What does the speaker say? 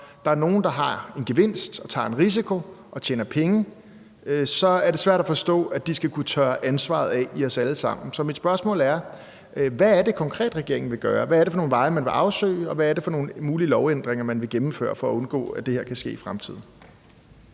der er nogen, der har en gevinst og tager en risiko og tjener penge, så er det svært at forstå, at de skal kunne tørre ansvaret af på os alle sammen. Så mit spørgsmål er: Hvad er det konkret, regeringen vil gøre? Hvad er det for nogle veje, man vil afsøge? Og hvad er det for nogle mulige lovændringer, man vil gennemføre for at undgå, at det her kan ske i fremtiden?